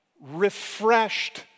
refreshed